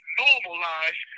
normalize